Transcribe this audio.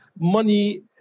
money